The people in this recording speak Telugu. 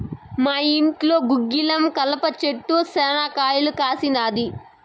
మా ఇంట్లో గుగ్గిలం కలప చెట్టు శనా కాయలు కాసినాది